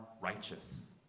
righteous